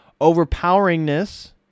overpoweringness